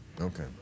Okay